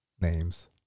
names